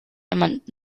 jemand